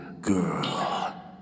girl